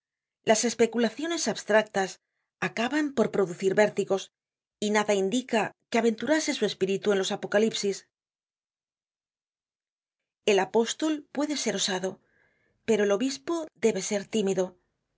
las especulaciones abstractas acaban por producir vértigos y nada indica que aventurase su espíritu en los apocalipsis el apóstol puede ser osado pero el obispo debe ser tímido